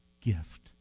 gift